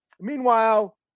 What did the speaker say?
meanwhile